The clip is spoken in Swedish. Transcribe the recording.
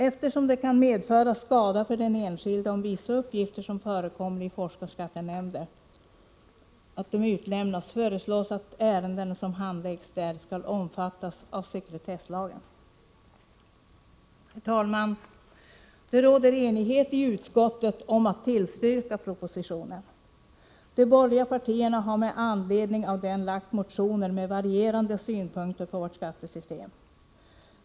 Eftersom det kan medföra skada för den enskilde om vissa uppgifter som förekommer hos forskarskattenämnden utlämnas, föreslås att ärenden som handläggs där skall omfattas av sekretesslagen. Herr talman! Det råder enighet i utskottet om att tillstyrka propositionen. De borgerliga partierna har med anledning av den väckt motioner med varierande synpunkter på vårt skattesystem.